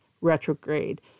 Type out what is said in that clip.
retrograde